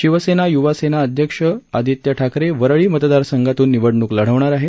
शिवसेना युवा सेना अध्यक्ष आदित्य ठाकरे वरळी मतदारसंघातून निवडणूक लढवणार आहेत